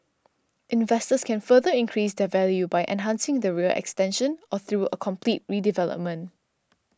investors can further increase their value by enhancing the rear extension or through a complete redevelopment